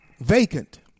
vacant